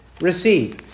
receive